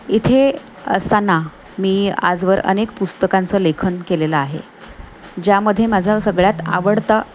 इथे असताना मी आजवर अनेक पुस्तकांचं लेखन केलेलं आहे ज्यामध्ये माझा सगळ्यात आवडता